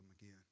again